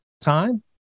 time